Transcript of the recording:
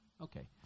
Okay